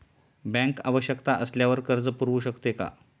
Bank आवश्यकता असल्यावर कर्ज पुरवू शकते का?